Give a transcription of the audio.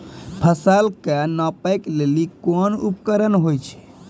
फसल कऽ नापै लेली कोन उपकरण होय छै?